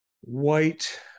white